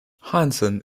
hansen